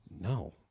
No